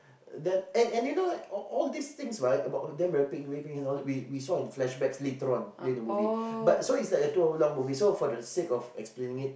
then and and you know all all this things right about them raping raping her and all that we we saw in flashbacks later on in the movie so it's like a two hour long movie so for the sake of explaining it